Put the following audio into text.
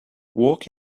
walk